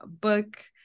book